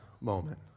moment